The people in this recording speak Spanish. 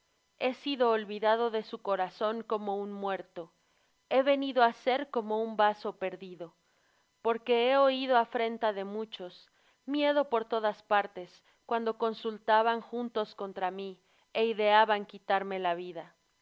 he sido olvidado de su corazón como un muerto he venido á ser como un vaso perdido porque he oído afrenta de muchos miedo por todas partes cuando consultaban juntos contra mí e ideaban quitarme la vida